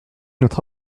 notre